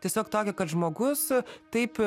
tiesiog tokia kad žmogus taip